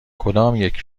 کدامیک